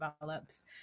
develops